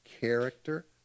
character